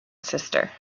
sister